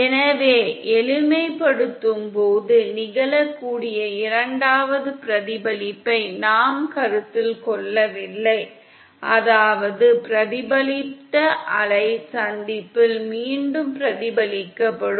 எனவே எளிமைப்படுத்தும் போது நிகழக்கூடிய இரண்டாவது பிரதிபலிப்பை நாம் கருத்தில் கொள்ளவில்லை அதாவது பிரதிபலித்த அலை சந்திப்பில் மீண்டும் பிரதிபலிக்கப்படும்